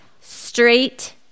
straight